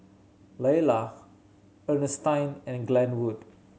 Laylah Earnestine and Glenwood